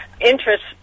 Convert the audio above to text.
Interest